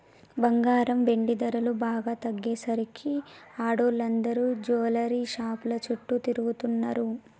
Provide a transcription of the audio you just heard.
బంగారం, వెండి ధరలు బాగా తగ్గేసరికి ఆడోళ్ళందరూ జువెల్లరీ షాపుల చుట్టూ తిరుగుతున్నరు